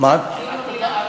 דיון במליאה,